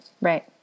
right